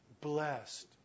blessed